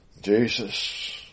jesus